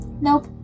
Nope